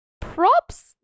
props